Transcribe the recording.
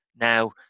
Now